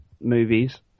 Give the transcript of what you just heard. movies